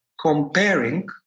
comparing